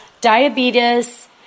Diabetes